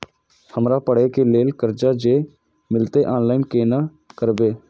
हमरा पढ़े के लेल कर्जा जे मिलते ऑनलाइन केना करबे?